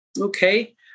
okay